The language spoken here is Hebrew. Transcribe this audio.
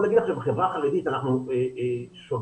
יש לנו